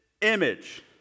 image